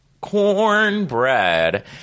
cornbread